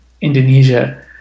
Indonesia